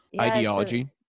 ideology